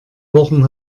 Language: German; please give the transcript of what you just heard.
wochen